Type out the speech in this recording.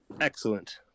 Excellent